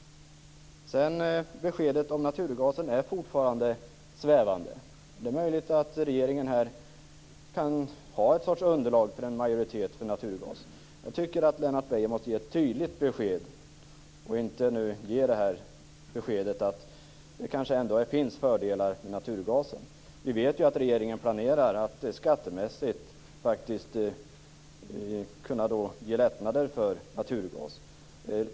Beskedet om naturgasen är fortfarande svävande. Det är möjligt att regeringen här kan ha en sorts underlag för en majoritet för naturgas. Jag tycker att Lennart Beijer måste ge ett tydligare besked och inte ge beskedet att det kanske ändå finns fördelar med naturgasen. Vi vet ju att regeringen planerar att skattemässigt ge lättnader för naturgas.